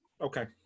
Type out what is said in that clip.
Okay